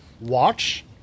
watch